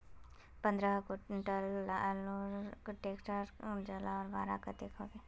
पंद्रह कुंटल आलूर ट्रैक्टर से ले जवार भाड़ा कतेक होबे?